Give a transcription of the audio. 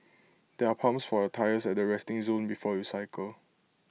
there are pumps for your tyres at the resting zone before you cycle